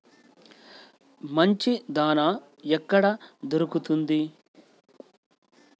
మంచి దాణా ఎక్కడ దొరుకుతుంది?